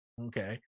Okay